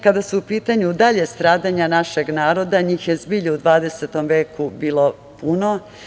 Kada su u pitanju dalja stradanja našeg naroda, njih je zbilja u 20. veku bilo puno.